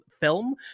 film